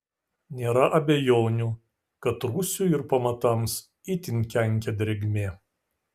nėra abejonių kad rūsiui ir pamatams itin kenkia drėgmė